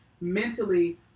mentally